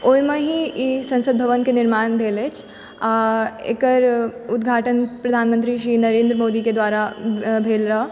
ओहिमे ही ई संसद भवन के निर्माण भेल अछि आ एकर उद्घाटन प्रधानमंत्री श्री नरेन्द्र मोदीकेँ द्वारा भेल रहऽ